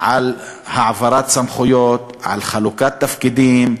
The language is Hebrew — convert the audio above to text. על העברת סמכויות, על חלוקת תפקידים,